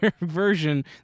version